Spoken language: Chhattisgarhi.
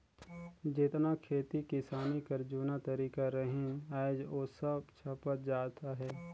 जेतना खेती किसानी कर जूना तरीका रहिन आएज ओ सब छपत जात अहे